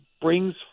brings